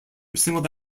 singled